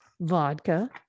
Vodka